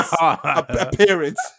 appearance